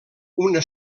una